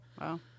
Wow